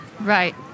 Right